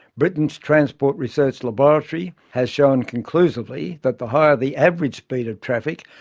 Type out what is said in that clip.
britain's transport research laboratory has shown conclusively that the higher the average speed of traffic,